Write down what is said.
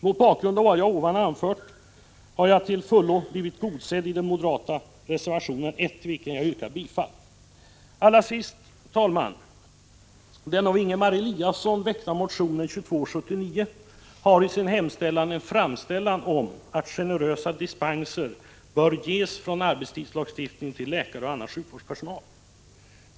Mot bakgrund av vad jag ovan anfört vill jag säga att jag till fullo blivit tillgodosedd i den moderata reservationen 1, till vilken jag yrkar bifall. Herr talman! Allra sist: Den av Ingemar Eliasson väckta motionen 2279 har i sin hemställan en framställan om att generösa dispenser bör ges från arbetstidslagstiftning till läkare och annan sjukvårdspersonal.